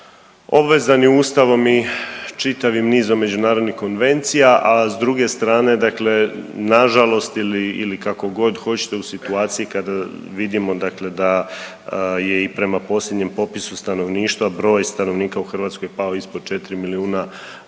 obvezani Ustavom i čitavim nizom međunarodnih konvencija, a s druge strane dakle nažalost ili kako god hoćete u situaciji kada vidimo dakle da je i prema posljednjem popisu stanovništva broj stanovnika u Hrvatskoj pao ispod 4 milijuna